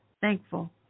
thankful